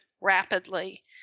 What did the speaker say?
rapidly